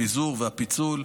הפיזור והפיצול,